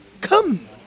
Come